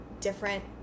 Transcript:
different